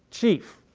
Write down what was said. chief,